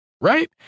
right